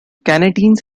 canadiens